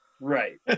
Right